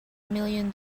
million